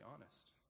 honest